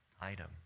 item